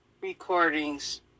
recordings